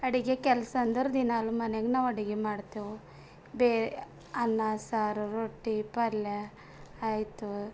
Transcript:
ಅಡುಗೆ ಕೆಲಸ ಅಂದರೆ ದಿನಾಲೂ ಮನೇಗ್ ನಾವು ಅಡುಗೆ ಮಾಡ್ತೇವೆ ಬೇ ಅನ್ನ ಸಾರು ರೊಟ್ಟಿ ಪಲ್ಯ ಆಯ್ತು